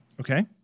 Okay